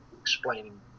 explaining